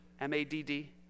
M-A-D-D